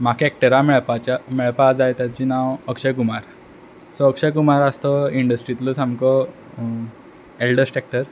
म्हाक एक्टराक मेळपाच्या मेळपा जाय ताचें नांव अक्षय कुमार सो अक्षय कुमार आस तो इंडस्ट्रिंतलो सामको एलडस्ट एक्टर